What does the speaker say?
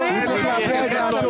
מזה.